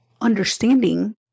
understanding